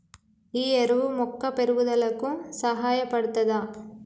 ఈ ఎరువు మొక్క పెరుగుదలకు సహాయపడుతదా?